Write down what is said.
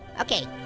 okay,